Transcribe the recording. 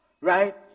right